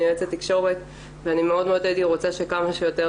אני יועצת תקשורת ואני מאוד הייתי רוצה שכמה שיותר